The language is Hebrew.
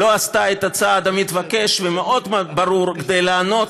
לא עשתה את הצעד המתבקש והמאוד-מאוד ברור כדי לענות